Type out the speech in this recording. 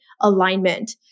alignment